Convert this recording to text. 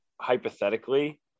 hypothetically